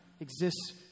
exists